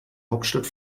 hauptstadt